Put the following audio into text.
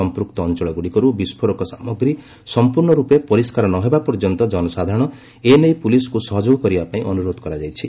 ସମ୍ପୁକ୍ତ ଅଞ୍ଚଳଗୁଡ଼ିକରୁ ବିସ୍କୋରକ ସାମଗ୍ରୀ ସମ୍ପର୍ଣ୍ଣ ରୂପେ ପରିଷ୍କାର ନ ହେବା ପର୍ଯ୍ୟନ୍ତ ଜନସାଧାରଣ ଏନେଇ ପୁଲିସ୍କୁ ସହଯୋଗ କରିବାପାଇଁ ଅନୁରୋଧ କରାଯାଇଛି